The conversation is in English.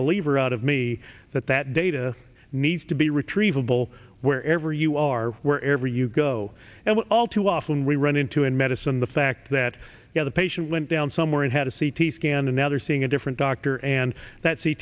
believer out of me that that data needs to be retrievable wherever you are wherever you go and all too often we run into in medicine the fact that you know the patient went down somewhere and had a c t scan and now they are seeing a different doctor and that